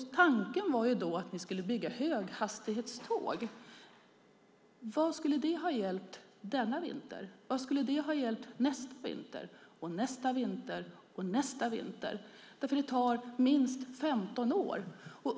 Tanken var att ni skulle bygga höghastighetståg. Vad skulle det ha hjälpt denna vinter? Vad skulle det ha hjälpt nästa vinter, och nästa vinter, och nästa vinter igen? Det tar nämligen minst 15 år.